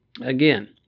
Again